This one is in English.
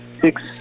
six